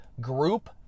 group